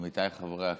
עמיתיי חברי הכנסת,